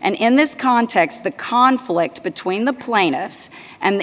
and in this context the conflict between the plaintiffs and